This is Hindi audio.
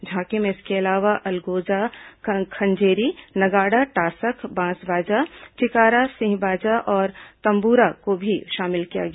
झांकी में इसके अलावा अलगोजा खंजेरी नगाड़ा टासक बांस बाजा चिकारा सिंह बाजा और तम्बूरा को भी शामिल किया गया